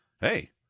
hey